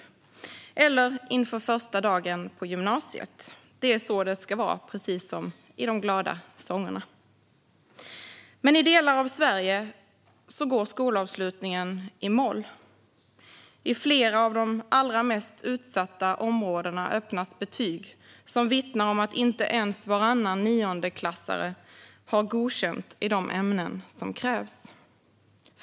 Kanske är det första dagen på gymnasiet. Det är så det ska vara - precis som i de glada sångerna. Men i delar av Sverige går skolavslutningen i moll. I flera av de allra mest utsatta områdena öppnas betyg som vittnar om att inte ens varannan niondeklassare har godkänt i de ämnen som krävs.